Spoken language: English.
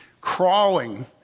crawling